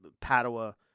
Padua